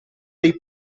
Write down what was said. dei